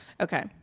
Okay